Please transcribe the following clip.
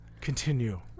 continue